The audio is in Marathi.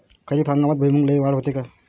खरीप हंगामात भुईमूगात लई वाढ होते का?